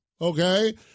okay